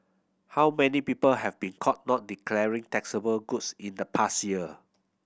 how many people have been caught not declaring taxable goods in the past year